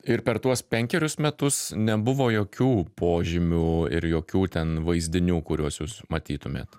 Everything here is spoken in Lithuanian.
ir per tuos penkerius metus nebuvo jokių požymių ir jokių ten vaizdinių kuriuos jūs matytumėt